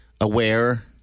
aware